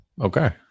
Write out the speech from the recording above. okay